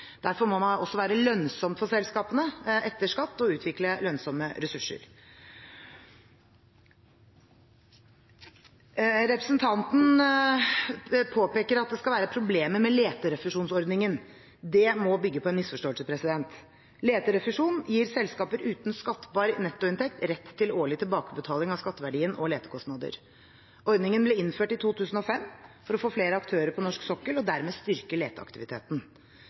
utvikle lønnsomme ressurser. Representanten påpeker at det skal være problemer med leterefusjonsordningen. Det må bygge på en misforståelse. Leterefusjon gir selskaper uten skattbar nettoinntekt rett til årlig tilbakebetaling av skatteverdien og letekostnader. Ordningen ble innført i 2005 for å få flere aktører på norsk sokkel og dermed styrke leteaktiviteten.